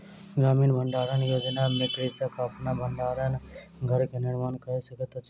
ग्रामीण भण्डारण योजना में कृषक अपन भण्डार घर के निर्माण कय सकैत अछि